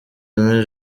aimée